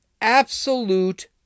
Absolute